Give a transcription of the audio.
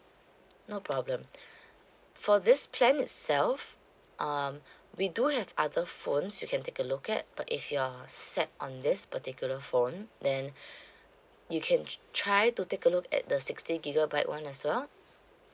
no problem for this plan itself um we do have other phones you can take a look at but if you're set on this particular phone then uh you can try to take a look at the sixty gigabyte one as well